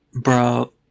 Bro